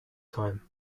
time